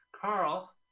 Carl